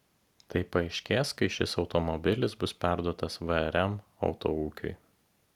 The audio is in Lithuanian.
tai paaiškės kai šis automobilis bus perduotas vrm autoūkiui